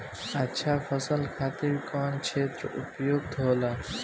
अच्छा फसल खातिर कौन क्षेत्र उपयुक्त होखेला?